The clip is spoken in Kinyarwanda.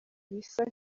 bisa